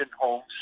homes